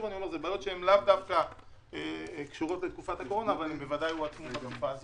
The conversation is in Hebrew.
שהם לאו דווקא קשורות לתקופת הקורונה אבל בוודאי הועצמו בתקופה הזאת.